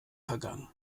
vergangen